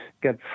get